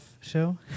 show